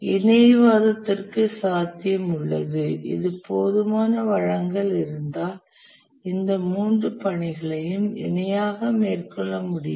இணைவாதத்திற்கு சாத்தியம் உள்ளது இது போதுமான வளங்கள் இருந்தால் இந்த மூன்று பணிகளையும் இணையாக மேற்கொள்ள முடியும்